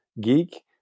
geek